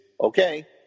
okay